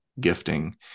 gifting